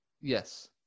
Yes